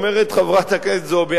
אומרת חברת הכנסת זועבי,